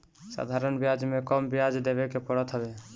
साधारण बियाज में कम बियाज देवे के पड़त हवे